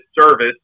service